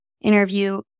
interview